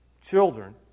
children